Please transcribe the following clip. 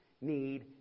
need